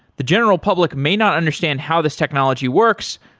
the general public may not understand how this technology works,